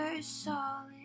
solid